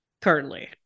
currently